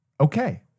Okay